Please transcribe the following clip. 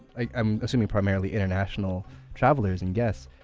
i'm assuming, primarily international travelers and guests.